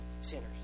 sinners